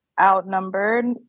outnumbered